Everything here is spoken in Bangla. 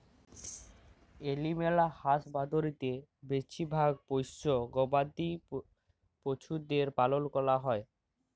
এলিম্যাল হাসবাঁদরিতে বেছিভাগ পোশ্য গবাদি পছুদের পালল ক্যরা হ্যয়